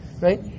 Right